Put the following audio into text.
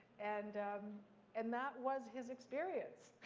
and and that was his experience.